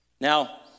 Now